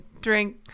drink